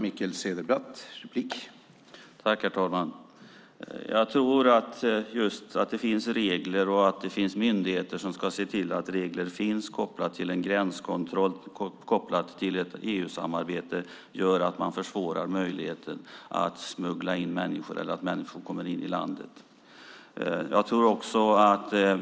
Herr talman! Att det finns regler och att det finns myndigheter som ska se till att reglerna är kopplade till en gränskontroll och ett EU-samarbete innebär att man försvårar möjligheten att smuggla in människor eller att människor tar sig in i landet.